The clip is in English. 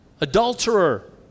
adulterer